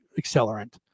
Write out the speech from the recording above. accelerant